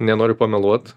nenoriu pameluot